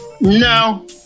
No